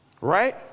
Right